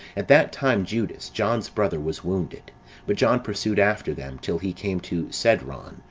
at that time, judas, john's brother, was wounded but john pursued after them, till he came to cedron,